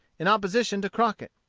in opposition to crockett.